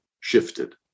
shifted